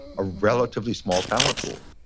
a relatively small talent pool.